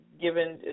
Given